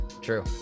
True